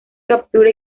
captura